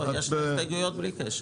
יש לי הסתייגויות בלי קשר.